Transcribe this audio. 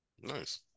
nice